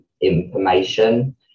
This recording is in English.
Information